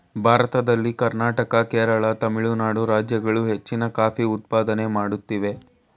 ಭಾರತದಲ್ಲಿ ಕರ್ನಾಟಕ, ಕೇರಳ, ತಮಿಳುನಾಡು ರಾಜ್ಯಗಳು ಹೆಚ್ಚಿನ ಕಾಫಿ ಉತ್ಪಾದನೆ ಮಾಡುತ್ತಿವೆ